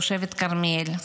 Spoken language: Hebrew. תושבת כרמיאל.